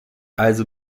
also